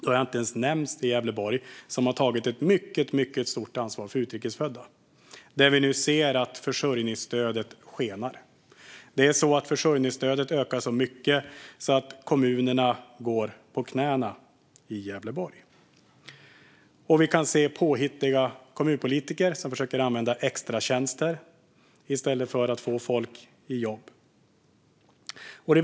Då har jag inte ens nämnt Gävleborg som har tagit ett mycket stort ansvar för utrikesfödda. Vi ser nu att försörjningsstödet skenar. Det ökar så mycket att kommunerna i Gävleborg går på knäna. Påhittiga kommunpolitiker försöker använda extratjänster i stället för att få folk i jobb.